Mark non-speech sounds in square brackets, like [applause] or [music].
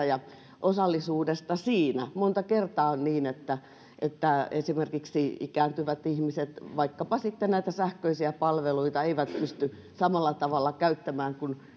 [unintelligible] ja osallisuudesta siinä monta kertaa on niin että että ikääntyvät ihmiset esimerkiksi näitä sähköisiä palveluita eivät pysty samalla tavalla käyttämään